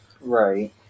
Right